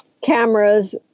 cameras